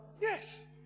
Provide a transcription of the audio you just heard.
Yes